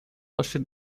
russian